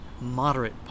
moderate